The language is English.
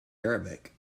arabic